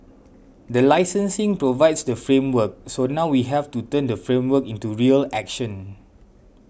the licensing provides the framework so now we have to turn the framework into real action